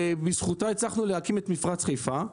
ובזכותה הצלחנו להקים מפרץ חיפה.